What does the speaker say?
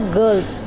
girls